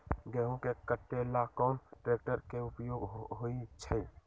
गेंहू के कटे ला कोंन ट्रेक्टर के उपयोग होइ छई?